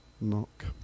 knock